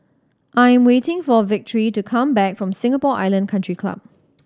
I am waiting for Victory to come back from Singapore Island Country Club